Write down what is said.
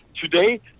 today